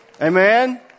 Amen